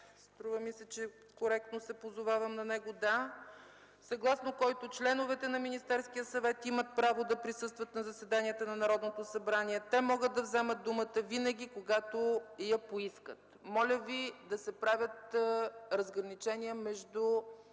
Повтарям, ние сме в процедурата на чл. 55, съгласно който членовете на Министерския съвет имат право да присъстват на заседанията на Народното събрание. Те могат да вземат думата винаги когато я поискат. Моля Ви да се правят разграничения между